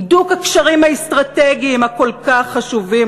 הידוק הקשרים האסטרטגיים הכל-כך חשובים